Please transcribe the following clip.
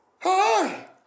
hi